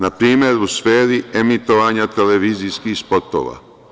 Na primer u sferi emitovanja televizijskih spotova.